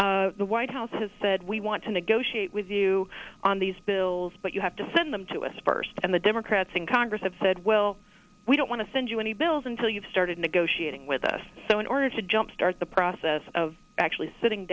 the white house has said we want to negotiate with you on these bills but you have to send them to us first and the democrats in congress have said well we don't want to send you any bills until you've started negotiating with us so order to jump start the process of actually sitting